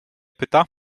pyta